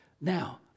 Now